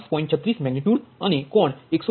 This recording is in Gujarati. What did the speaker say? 36 મેગનિટ્યુડ અને કોણ 116